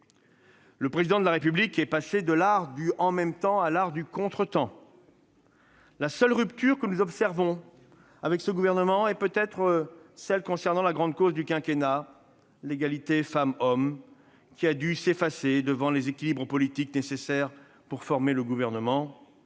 Le Président de la République est passé de l'art du « en même temps » à l'art du contretemps. La seule rupture que nous observons avec ce gouvernement concerne peut-être la grande cause du quinquennat, l'égalité femmes-hommes, qui a dû s'effacer devant les équilibres politiques nécessaires pour former le Gouvernement